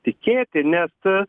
tikėti nes